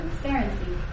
transparency